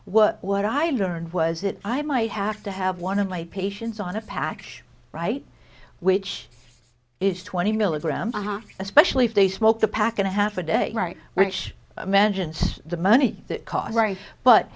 what what i learned was that i might have to have one of my patients on a package right which is twenty milligram a half especially if they smoked a pack and a half a day right which imagines the money that cause right but